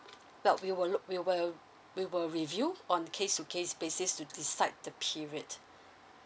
well we will look we will we will review on case to case basis to decide the period